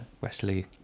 Wesley